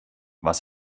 was